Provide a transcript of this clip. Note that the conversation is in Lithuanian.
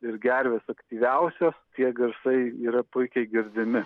ir gervės aktyviausios tie garsai yra puikiai girdimi